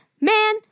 Man